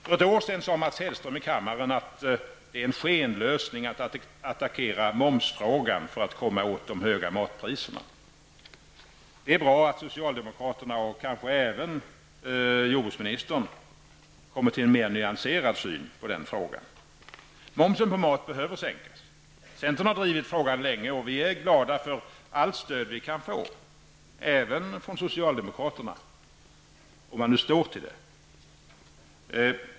För ett år sedan sade Mats Hellström i kammaren att det är en skenlösning att attackera momsfrågan för att komma åt de höga matpriserna. Det är bra att socialdemokraterna och kanske även jordbruksministern nu kommit till en mer nyanserad syn på den frågan. Momsen på mat behöver sänkas. Centern har drivit frågan länge, och vi är glada för allt stöd vi kan få, även från socialdemokraterna, om de nu står fast vid det.